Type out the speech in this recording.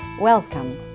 Welcome